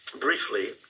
briefly